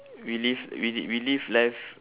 we live we we live life